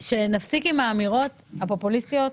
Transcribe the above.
שנפסיק עם האמירות הפופוליסטיות.